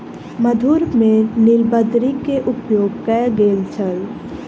मधुर में नीलबदरी के उपयोग कयल गेल छल